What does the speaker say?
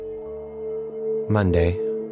Monday